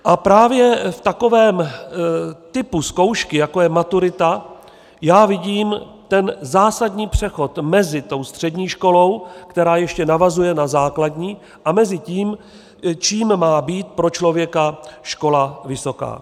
A právě v takovém typu zkoušky, jako je maturita, já vidím ten zásadní přechod mezi tou střední školou, která ještě navazuje na základní, a tím, čím má být pro člověka škola vysoká.